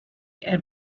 and